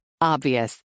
Obvious